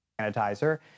Sanitizer